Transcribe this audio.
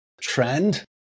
trend